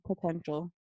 potential